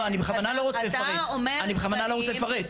לא, אני בכוונה לא רוצה לפרט.